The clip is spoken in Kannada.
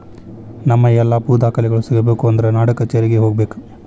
ನಮ್ಮ ಎಲ್ಲಾ ಭೂ ದಾಖಲೆಗಳು ಸಿಗಬೇಕು ಅಂದ್ರ ನಾಡಕಛೇರಿಗೆ ಹೋಗಬೇಕು